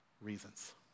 reasons